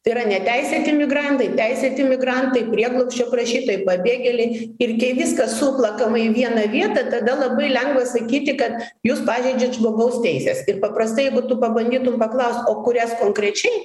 tai yra neteisėti migrantai teisėti migrantai prieglobsčio prašytojai pabėgėliai ir kai viskas suplakama į vieną vietą tada labai lengva sakyti kad jūs pažeidžiat žmogaus teises ir paprastai jeigu tu pabandytum paklaust o kurias konkrečiai